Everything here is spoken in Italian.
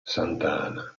santa